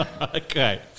okay